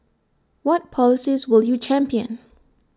what policies will you champion